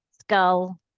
skull